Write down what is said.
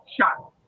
shot